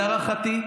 להערכתי,